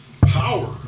Power